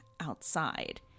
outside